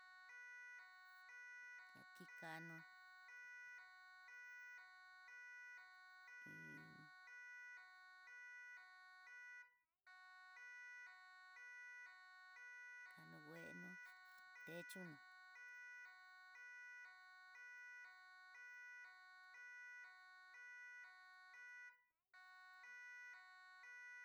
Dakikano iin kano nguno techonó.